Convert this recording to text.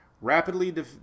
Rapidly